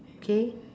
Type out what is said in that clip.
okay